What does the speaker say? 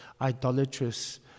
idolatrous